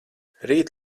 rīt